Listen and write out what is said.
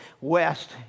West